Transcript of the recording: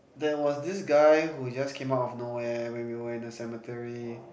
there was this guy who just came up of no where when we were in the cemetery